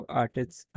artists